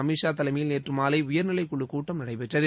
அமித் ஷா தலைமையில் நேற்று மாலை உயர் நிலைக் குழுக் கூட்டம் நடைபெற்றது